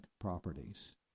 properties